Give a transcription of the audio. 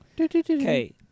Okay